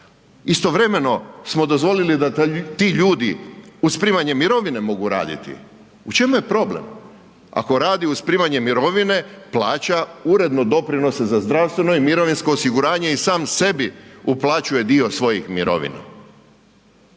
Istovremeno smo dozvolili da ti ljudi uz primanje mirovine mogu raditi. U čemu je problem? Ako radi uz primanje mirovine plaća uredno doprinose za zdravstveno i mirovinsko osiguranje i sam sebi uplaćuje dio svojih mirovina.